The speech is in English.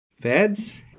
Feds